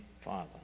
father